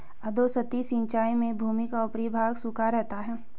अधोसतही सिंचाई में भूमि का ऊपरी भाग सूखा रहता है